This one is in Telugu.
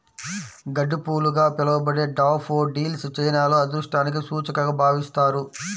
గడ్డిపూలుగా పిలవబడే డాఫోడిల్స్ చైనాలో అదృష్టానికి సూచికగా భావిస్తారు